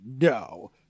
no